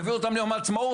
תביאו אותם ליום העצמאות.